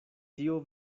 tio